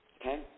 Okay